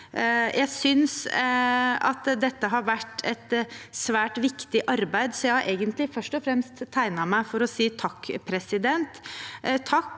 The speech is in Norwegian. Jeg synes dette har vært et svært viktig arbeid, så jeg har egentlig først og fremst tegnet meg for å si takk. Jeg kan